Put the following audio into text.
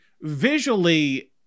Visually